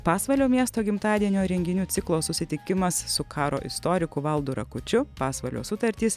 pasvalio miesto gimtadienio renginių ciklo susitikimas su karo istoriku valdu rakučiu pasvalio sutartys